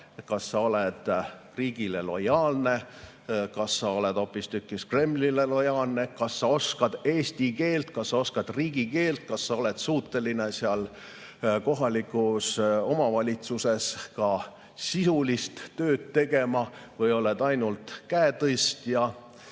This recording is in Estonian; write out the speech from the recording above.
kas sa oled [Eesti] riigile lojaalne [või] sa oled hoopistükkis Kremlile lojaalne, kas sa oskad eesti keelt, kas sa oskad riigikeelt, kas sa oled suuteline kohalikus omavalitsuses ka sisulist tööd tegema või oled ainult käetõstja,